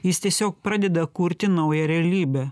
jis tiesiog pradeda kurti naują realybę